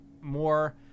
more